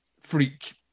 freak